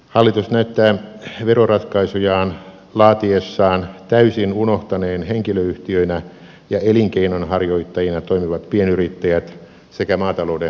hallitus näyttää veroratkaisujaan laatiessaan täysin unohtaneen henkilöyhtiöinä ja elinkeinonharjoittajina toimivat pienyrittäjät sekä maataloudenharjoittajat